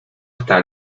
está